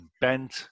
Bent